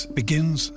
begins